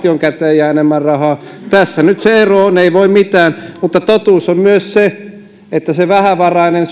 että valtion käteen jää enemmän rahaa tässä nyt se ero on ei voi mitään mutta totuus on myös se että vähävarainen